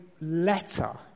letter